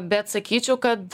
bet sakyčiau kad